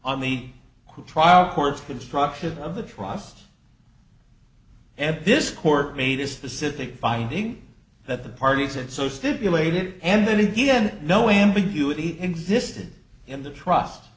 who trial courts construction of the trusts and this court made a specific finding that the parties and so stipulated and then again no ambiguity in existed in the trust